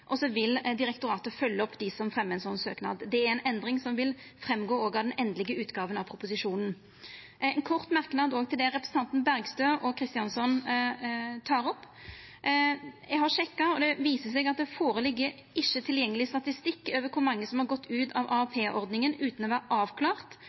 og så vil direktoratet følgja opp dei som fremjar ein sånn søknad. Det er ei endring som vil gå fram òg av den endelege utgåva av proposisjonen. Ein kort merknad til det representantane Bergstø og Kristjánsson tek opp: Eg har sjekka, og det viser seg at det ikkje ligg føre tilgjengeleg statistikk over kor mange som har gått ut av